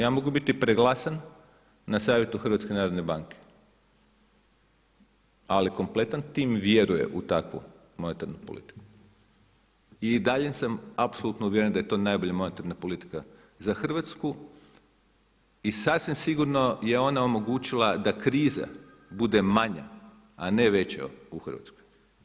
Ja mogu biti preglasan na Savjetu HNB-a, ali kompletan tim vjeruje u takvu monetarnu politiku i dalje sam apsolutno uvjeren da je to najbolja monetarna politika za Hrvatsku i sasvim sigurno je ona omogućila da kriza bude manja, a ne veća u Hrvatskoj.